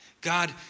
God